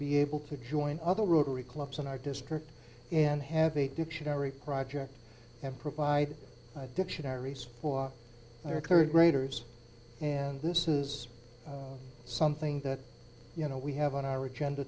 be able to join other rotary clubs in our district and have a dictionary project and provide dictionaries for their occurred graders and this is something that you know we have on our agenda